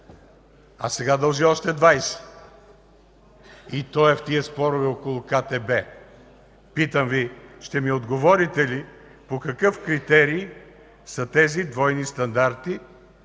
а сега дължи още 20. И тези спорове около КТБ. Питам Ви: ще ми отговорите ли по какъв критерий са тези двойни стандарти,